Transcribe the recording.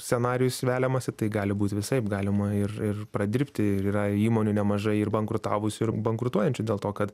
scenarijus veliamasi tai gali būt visaip galima ir ir pradirbti yra įmonių nemažai ir bankrutavusių ir bankrutuojančių dėl to kad